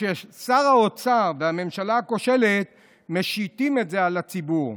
ששר האוצר והממשלה הכושלת משיתים על הציבור.